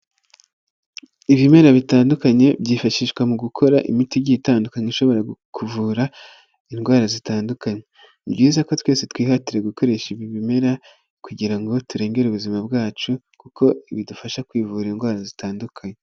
Ibimera bitandukanye byifashishwa mu gukora imiti itandukanye ishobora kuvura indwara zitandukanye, ni byiza ko twese twihatire gukoresha ibi bimera kugira ngo turengere ubuzima bwacu kuko bidufasha kwivura indwara zitandukanye.